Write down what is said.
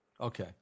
okay